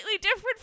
different